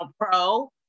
pro